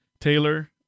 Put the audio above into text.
Taylor